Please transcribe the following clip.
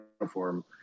uniform